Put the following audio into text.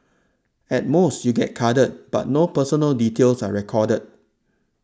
at most you get carded but no personal details are recorded